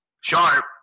Sharp